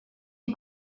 die